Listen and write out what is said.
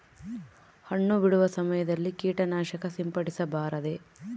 ಹಣ್ಣು ಬಿಡುವ ಸಮಯದಲ್ಲಿ ಕೇಟನಾಶಕ ಸಿಂಪಡಿಸಬಾರದೆ?